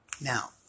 Now